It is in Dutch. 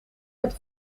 met